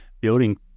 building